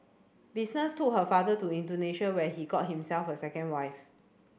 business took her father to Indonesia where he got himself a second wife